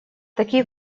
такие